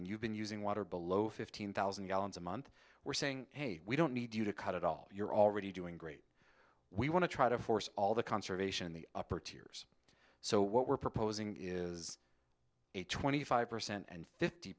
and you've been using water below fifteen thousand gallons a month we're saying hey we don't need you to cut it all you're already doing great we want to try to force all the conservation in the upper tiers so what we're proposing is a twenty five percent and fifty